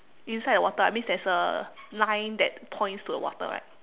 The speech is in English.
inside the water ah means there's a line that points to the water right